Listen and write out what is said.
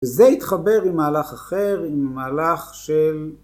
וזה יתחבר עם מהלך אחר עם מהלך של